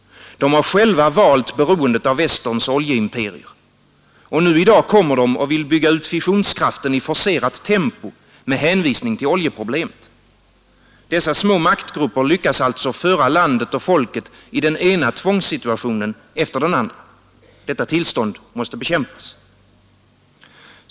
De har själva valt beroendet av västerns oljeimperier. Och i dag kommer de och vill bygga ut fissionskraften i forcerat tempo med hänvisning till oljeproblemet. Dessa små maktgrupper lyckas alltså föra landet och folket i den ena tvångssituationen efter den andra. Detta tillstånd måste bekämpas.